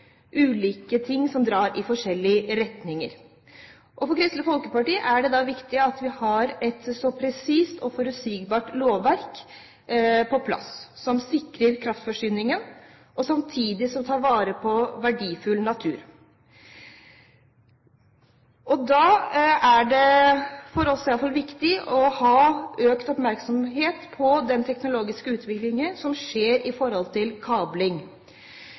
ting som drar i forskjellige retninger. For Kristelig Folkeparti er det viktig at vi har et presist og forutsigbart lovverk på plass, som sikrer kraftforsyningen, og som samtidig tar vare på verdifull natur. Derfor er det for oss viktig å ha økt oppmerksomhet rettet mot den teknologiske utviklingen som skjer når det gjelder kabling.